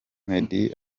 meddy